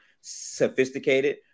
sophisticated